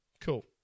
Cool